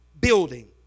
building